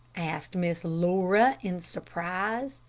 asked miss laura, in surprise.